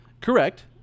Correct